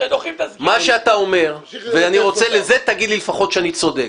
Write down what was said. את מה שאתה אומר ותגיד לי לפחות שאני צודק: